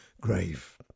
grave